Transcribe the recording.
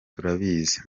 turabizi